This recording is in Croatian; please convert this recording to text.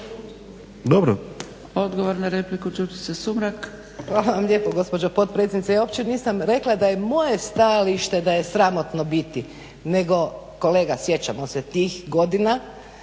Sumrak. **Sumrak, Đurđica (HDZ)** Hvala vam lijepo gospođo potpredsjednice. Ja uopće nisam rekla da je moje stajalište da je sramotno biti nego kolega sjećamo se tih godina